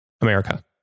America